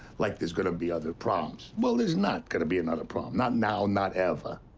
like there's gonna be other proms. well, there's not gonna be another prom. not now, not ever.